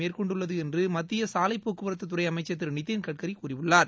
மேற்கொண்டுள்ளது என்று மத்திய சாலை போக்குவரத்து துறை அமைச்சர் திரு நிதின் கட்கரி கூறியுள்ளார்